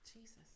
Jesus